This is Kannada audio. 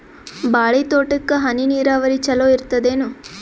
ಬಾಳಿ ತೋಟಕ್ಕ ಹನಿ ನೀರಾವರಿ ಚಲೋ ಇರತದೇನು?